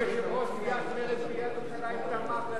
יושב-ראש סיעת מרצ בעיריית ירושלים תמך,